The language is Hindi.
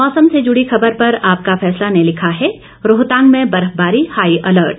मौसम से जुड़ी खबर पर आपका फैसला ने लिखा है रोहतांग में बर्फबारी हाई अलर्ट